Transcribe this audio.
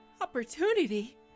Opportunity